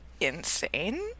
insane